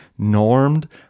normed